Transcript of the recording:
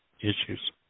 issues